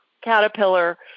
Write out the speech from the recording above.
caterpillar